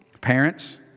Parents